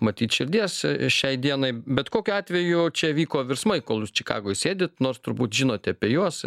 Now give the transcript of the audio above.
matyt širdies šiai dienai bet kokiu atveju čia vyko virsmai kol čikagoje sėdit nors turbūt žinote apie juos